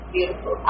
Beautiful